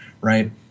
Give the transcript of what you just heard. right